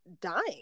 dying